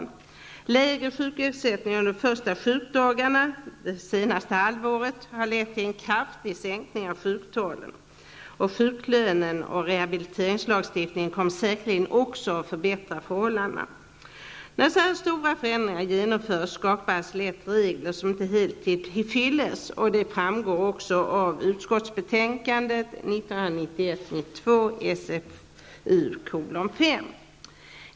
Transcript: En lägre sjukersättning under de första sjukdagarna under det senaste halvåret har lett till en kraftig sänkning av sjuktalen. Sjuklönen och rehabiliteringslagstiftningen kommer säkerligen också att förbättra förhållandena. När så här stora förändringar genomförs skapas lätt regler som inte är helt till fyllest, vilket också framgår av utskottsbetänkandet 1991/92:SfU:5.